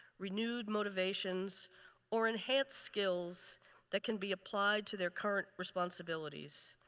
renewed motivations or enhanced skills that can be applied to their current responsibilities.